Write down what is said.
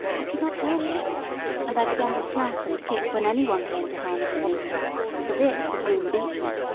i could not help it and i began to snap and kick when any one came to harness me for this the groom beat me,